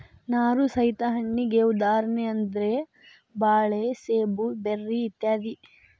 ನಾರು ಸಹಿತ ಹಣ್ಣಿಗೆ ಉದಾಹರಣೆ ಅಂದ್ರ ಬಾಳೆ ಸೇಬು ಬೆರ್ರಿ ಇತ್ಯಾದಿ